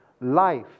life